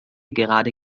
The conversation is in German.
gerade